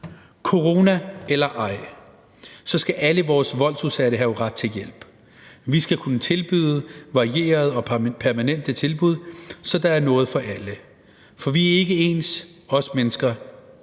Corona eller ej skal alle vores voldsudsatte have ret til hjælp. Vi skal kunne tilbyde varierede og permanente tilbud, så der er noget for alle. For vi mennesker